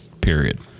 Period